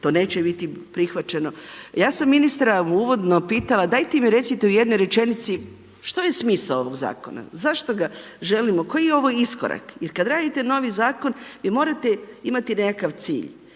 to neće biti prihvaćeno. Ja sam ministra uvodno pitala, dajte mi recite u jednoj rečenici što je smisao ovog zakona, zašto ga želimo, koji je ovo iskorak. Jer kada radite novi zakon, vi morate imati nekakav cilj.